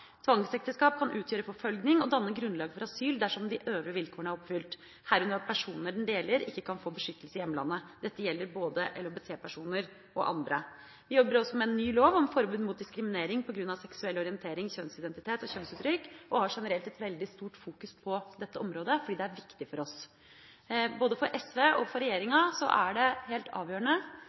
Tvangsekteskap kan utgjøre forfølgelse og danne grunnlag for asyl dersom de øvrige vilkårene er oppfylt, herunder at personene det gjelder, ikke kan få beskyttelse i hjemlandet. Dette gjelder både LHBT-personer og andre. Vi jobber også med en ny lov om forbud mot diskriminering på grunn av seksuell orientering, kjønnsidentitet og kjønnsuttrykk, og har generelt et veldig stort fokus på dette området fordi det er viktig for oss. Både for SV og for regjeringa er det helt avgjørende